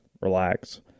relax